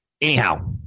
Anyhow